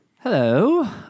Hello